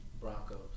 Broncos